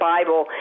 Bible